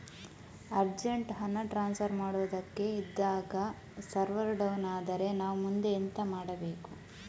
Urgent ಹಣ transfer ಮಾಡೋದಕ್ಕೆ ಇದ್ದಾಗ ಸರ್ವರ್ ಡೌನ್ ಆದರೆ ನಾವು ಮುಂದೆ ಎಂತ ಮಾಡಬೇಕು?